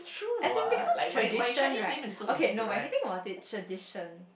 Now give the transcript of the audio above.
as in because tradition right okay no when we think about it tradition